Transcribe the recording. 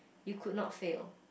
you could not fail